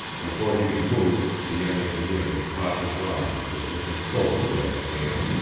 before he could move, the young engineer had caught his arm and was looking closely at the hand.